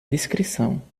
discrição